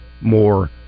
more